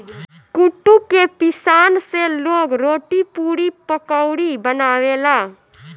कुटू के पिसान से लोग रोटी, पुड़ी, पकउड़ी बनावेला